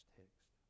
text